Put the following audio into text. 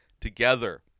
together